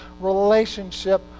relationship